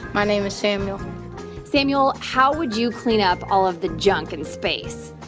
my name is samuel samuel, how would you clean up all of the junk in space?